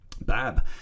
Bab